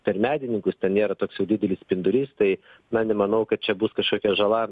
per medininkus ten nėra toks didelis spindulys tai na nemanau kad čia bus kažkokia žala